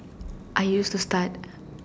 I used to start